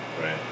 right